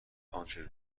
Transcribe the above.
آنچه